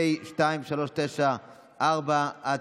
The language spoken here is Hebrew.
פ/2394/25.